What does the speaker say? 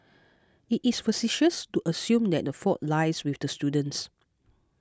it is facetious to assume that the fault lies with the students